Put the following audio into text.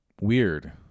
Weird